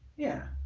yeah.